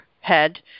head